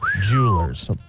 Jewelers